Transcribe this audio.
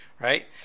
right